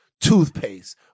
toothpaste